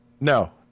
No